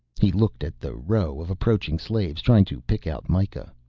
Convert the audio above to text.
he looked at the row of approaching slaves, trying to pick out mikah.